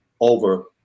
over